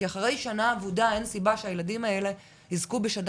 כי אחרי שנה אבודה אין סיבה שהילדים האלה "יזכו" בשנה